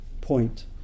point